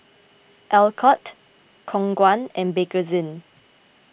Alcott Khong Guan and Bakerzin